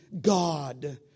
God